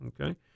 Okay